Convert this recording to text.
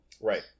right